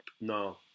no